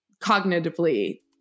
cognitively